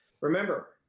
Remember